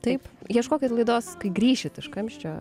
taip ieškokit laidos kai grįšit iš kamščio